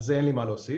על זה אין לי מה להוסיף,